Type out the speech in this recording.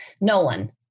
Nolan